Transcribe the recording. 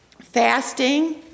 Fasting